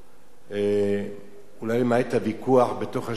אולי למעט הוויכוח בתוך השכנים,